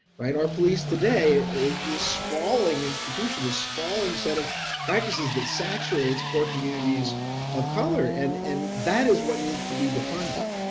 right our police today is the sprawling institution the sprawling set of practices that saturates poor communities of color and and that is what needs to be defined it.